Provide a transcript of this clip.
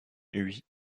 oui